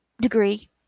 degree